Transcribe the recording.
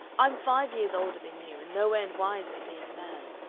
i'm five years older than you, and no end wiser, being a man.